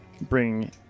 bring